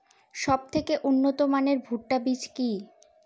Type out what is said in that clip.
সবথেকে উন্নত মানের ভুট্টা বীজ কি?